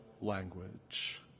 language